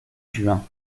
juin